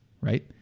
right